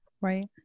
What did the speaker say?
right